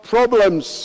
problems